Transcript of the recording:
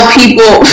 people